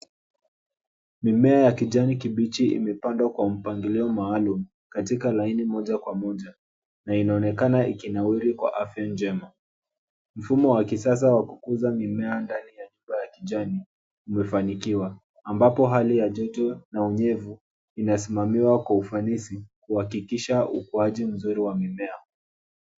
Mimea ya kijani kibichi imepandwa kwa mpangilio maalum katika laini moja kwa moja na inaonekana ikinawiri kwa afya njema. Mfumo wa kisasa wa kukuza mimea ndani ya nyumba ya kijani umefanikiwa ambapo hali ya joto na unyevu inasimamiwa kwa ufanisi kuhakikisha ukuaji mzuri wa mimea.